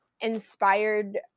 inspired